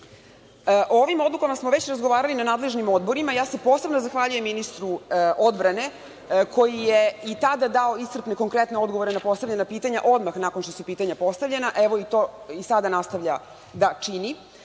ovim odlukama smo već razgovarali na nadležnim odborima. Ja se posebno zahvaljujem ministru odbrane, koji je i tada dao iscrpne i konkretne odgovore na postavljena pitanja odmah nakon što su pitanja postavljena. Evo, i sada nastavlja to da čini.